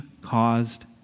caused